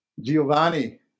Giovanni